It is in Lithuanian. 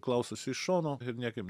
klausosi iš šono ir niekaip